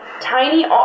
tiny